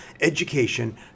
education